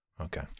Okay